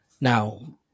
Now